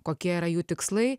kokie yra jų tikslai